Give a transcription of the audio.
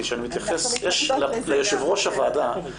ליושב-ראש הוועדה,